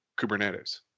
Kubernetes